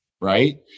right